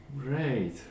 Great